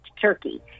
turkey